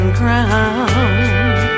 ground